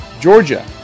Georgia